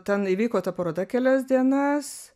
ten įvyko ta paroda kelias dienas